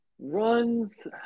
runs